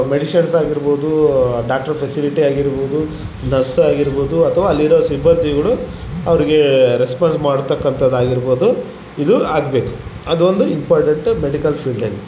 medicines ಆಗಿರ್ಬೋದು doctor facility ಆಗಿರ್ಬೋದು nurse ಆಗಿರ್ಬೋದು ಅಥವ ಅಲ್ಲಿರೋ ಸಿಬ್ಬಂದಿಗಳು ಅವರಿಗೆ ರೆಸ್ಪೋನ್ಸ್ ಮಾಡ್ತಕ್ಕಂಥದ್ ಆಗಿರ್ಬೋದು ಇದು ಆಗಬೇಕು ಅದೊಂದು ಇಂಪಾರ್ಟೆಂಟ್ ಮೆಡಿಕಲ್ ಫೀಲ್ಡಲ್ಲಿ